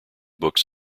books